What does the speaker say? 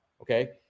okay